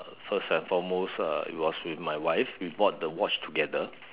first and for most uh it was with my wife we bought the watch together